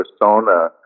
persona